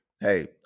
Hey